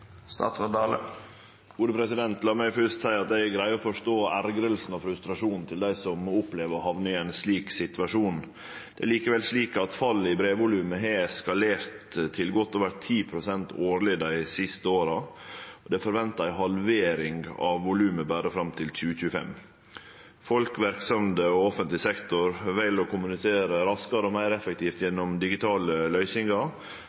La meg først seie at eg greier å forstå forarginga og frustrasjonen til dei som må oppleve å hamne i ein slik situasjon. Det er likevel slik at fallet i brevvolumet har eskalert til godt over 10 pst. årleg dei siste åra. Det er forventa ei halvering av volumet berre fram til 2025. Folk, verksemder og offentleg sektor vel å kommunisere raskare og meir effektivt gjennom digitale løysingar,